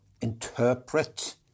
interpret